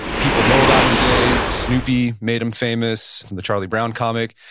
people know about him today, snoopy made him famous, and the charlie brown comic.